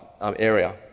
area